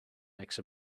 make